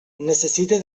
necessite